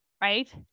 right